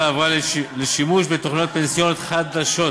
עברה לשימוש בתוכניות פנסיוניות חדשות,